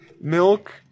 Milk